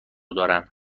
دارن